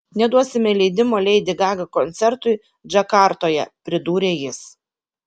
neduosime leidimo leidi gaga koncertui džakartoje pridūrė jis